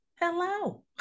Hello